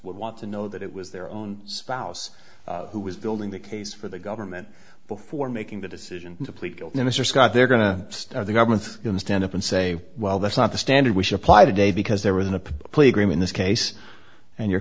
would want to know that it was their own spouse who was building the case for the government before making the decision to plead guilty mr scott they're going to start the government's going to stand up and say well that's not the standard we should apply today because there was a plea agreement this case and your